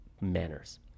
manners